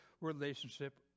relationship